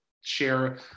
share